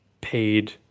paid